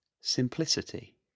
simplicity